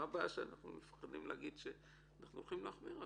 מה הבעיה שאנחנו מפחדים להגיד שאנחנו הולכים להחמיר עכשיו?